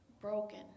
broken